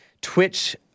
Twitch